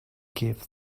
give